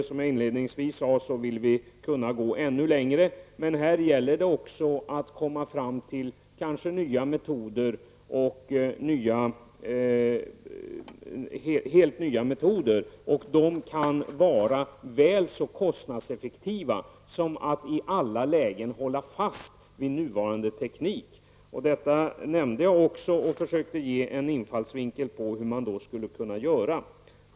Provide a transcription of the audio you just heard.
Som jag inledningsvis sade vill vi gå ännu längre, men det gäller kanske också att få fram helt nya metoder. Det kan vara väl så kostnadseffektivt som att i alla lägen hålla fast vid den nuvarande tekniken. Detta nämnde jag och försökte ge en infallsvinkel med avseende på vad man skulle kunna göra.